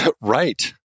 Right